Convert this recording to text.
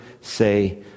say